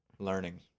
Learning